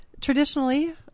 Traditionally